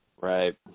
Right